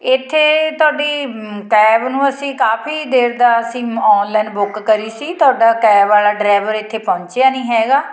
ਇੱਥੇ ਤੁਹਾਡੀ ਕੈਬ ਨੂੰ ਅਸੀਂ ਕਾਫੀ ਦੇਰ ਦਾ ਅਸੀਂ ਔਨਲਾਈਨ ਬੁੱਕ ਕਰੀ ਸੀ ਤੁਹਾਡਾ ਕੈਬ ਵਾਲਾ ਡਰਾਈਵਰ ਇੱਥੇ ਪਹੁੰਚਿਆ ਨਹੀਂ ਹੈਗਾ